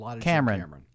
Cameron